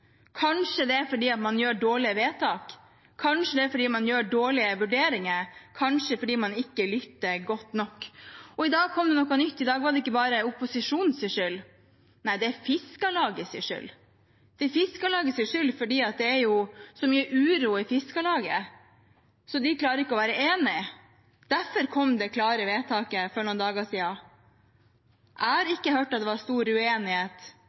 Kanskje det er fordi man gjør dårlige vedtak, kanskje det er fordi man gjør dårlige vurderinger, kanskje det er fordi man ikke lytter godt nok? I dag kom det noe nytt, i dag var det ikke bare opposisjonens skyld. Nei, det er Fiskarlagets skyld. Det er Fiskarlagets skyld fordi det er så mye uro i Fiskarlaget – de klarer ikke å bli enige. Derfor kom det klare vedtaket for noen dager siden. Jeg har ikke hørt at det var stor uenighet